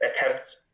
attempt